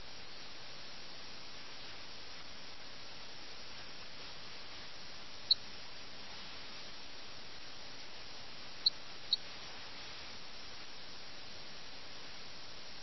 മറുവശത്ത് നമുക്ക് മിർസയുടെ ബീഗമുണ്ട് അവൾ സ്വയം കേന്ദ്രീകൃതയായതിനാൽ അവൾക്ക് വേണ്ടത് ഭർത്താവിന്റെ ശ്രദ്ധയാണ്